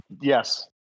Yes